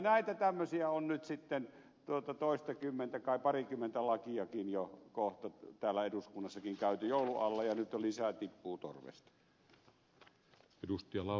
näitä tämmöisiä on nyt sitten kai toistakymmentä parikymmentä lakiakin jo kohta täällä eduskunnassakin käynyt joulun alla ja nyt jo lisää tippuu torvesta